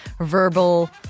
verbal